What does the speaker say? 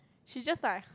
she just like